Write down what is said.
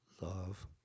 love